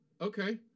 Okay